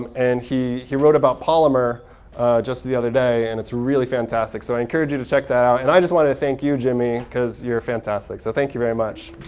and he he wrote about polymer just the other day. and it's really fantastic. so i encourage you to check that out. and i just wanted to thank you, jimmy, because you're fantastic. so thank you very much.